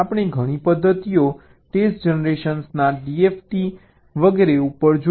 આપણે ઘણી પદ્ધતિઓ ટેસ્ટ જનરેશન dft વગેરે ઉપર જોયું